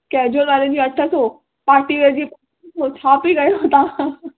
casual वारी बि अठ सौ पार्टी वियर बि छा पई कयो तव्हां